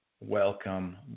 Welcome